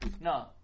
No